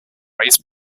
raised